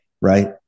right